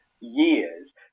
years